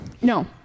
No